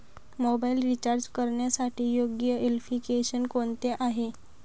Mobile recharge करण्यासाठी योग्य application कोणते आहे?